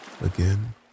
Again